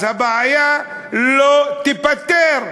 אז הבעיה לא תיפתר.